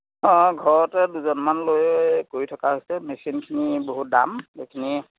অঁ ঘৰতে দুজনমান লৈ কৰি থকা হৈছে মেচিনখিনি বহুত দাম সেইখিনি